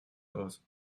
aus